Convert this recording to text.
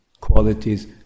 qualities